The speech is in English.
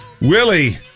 Willie